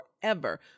forever